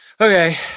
okay